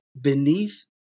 beneath